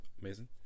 amazing